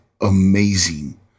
amazing